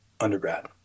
undergrad